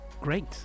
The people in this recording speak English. Great